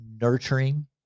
nurturing